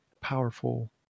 powerful